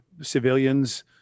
civilians